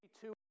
two